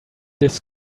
this